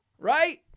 right